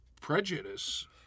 prejudice